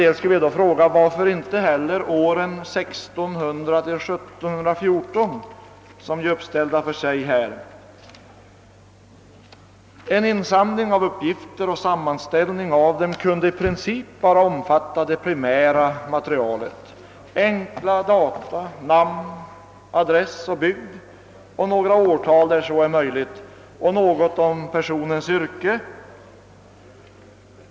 Jag skulle då vilja fråga: Varför inte hellre inrikta sig på åren 1600-—1714, som ju i den kalkyl jag talade om är uppställda för sig? En insamling av uppgifter och sammanställningen av dem kunde i princip bara omfatta det primära materialet: enkla data, namn, adress, hembygd, några årtal där så är möjligt samt något om vederbörandes yrke.